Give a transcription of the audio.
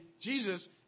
Jesus